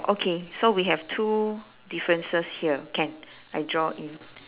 okay so we have two differences here can I draw in